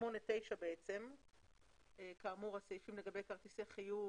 8 ו-9 הסעיפים לגבי כרטיסי חיוב